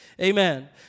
Amen